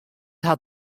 hat